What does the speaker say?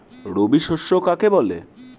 রবি শস্য কাকে বলে?